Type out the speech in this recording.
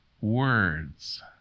words